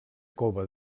cova